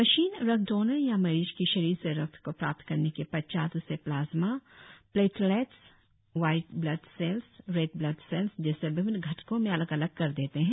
machine रक्त donor या मरीज की शरीर से रक्त को प्राप्त करने के पशचात उसे plasma platelets white blood cells red blood cells जैसी विभिन्न घटकों में अलग अलग कर देते है